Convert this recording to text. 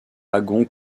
agon